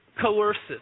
coercive